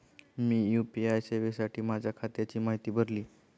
मी UPI सेवेसाठी माझ्या खात्याची माहिती भरली